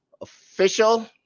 official